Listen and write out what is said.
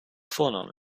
vorname